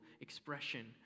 expression